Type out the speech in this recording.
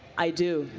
i do.